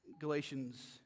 Galatians